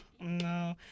no